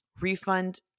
refund